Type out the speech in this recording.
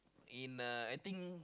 in uh I think